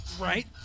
Right